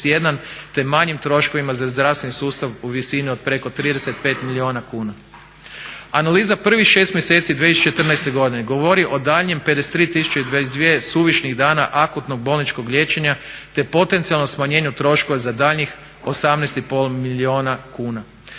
te manjim troškovima za zdravstveni sustav u visini od preko 35 milijuna kuna. Analiza prvih 6 mjeseci u 2014. godini govori o daljnjem 53 tisuće i 22 suvišnih dana akutnog bolničkog liječenja te potencijalnom smanjenju troškova za daljnjih 18,5 milijuna kuna.